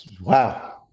Wow